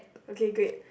okay great